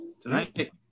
Tonight